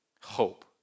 hope